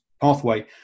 pathway